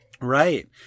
Right